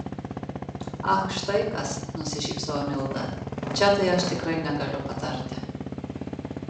ach štai kas nusišypsojo milda čia tai aš tikrai negaliu patarti